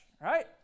right